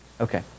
okay